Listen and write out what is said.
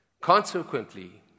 Consequently